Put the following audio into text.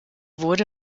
wurde